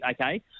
okay